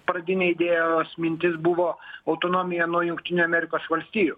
pradinė idėjos mintis buvo autonomija nuo jungtinių amerikos valstijų